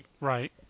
right